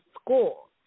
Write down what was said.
school